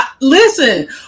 listen